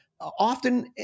Often